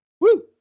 Woo